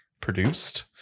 produced